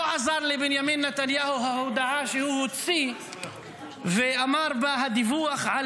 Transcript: לא עזר לבנימין נתניהו ההודעה שהוא הוציא ואמר בה: הדיווח על